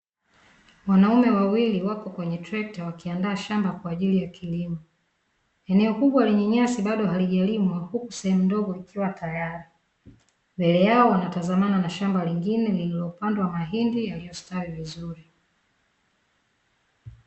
Wanaume wawili wako kwenye trekta wakiandaa shamba kwa ajili ya kilimo , eneo kubwa la nyanyasi bado halijalimwa huku sehemu ndogo ikiwa tayari , mbele yao wanatazamana na shamba lengine lililopandwa mahindi yaliyostawi vizuri.